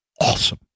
awesome